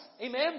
Amen